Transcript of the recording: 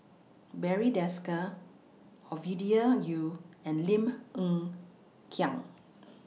Barry Desker Ovidia Yu and Lim Hng Kiang